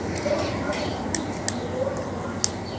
they are in mother's room, and the door is locked.